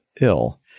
ill